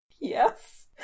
Yes